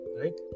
right